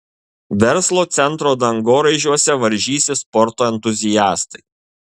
verslo centro dangoraižiuose varžysis sporto entuziastai